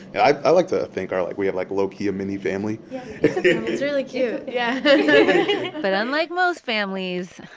and i i like to think our like we have, like, low-key a mini family it's it's really cute, yeah but unlike most families,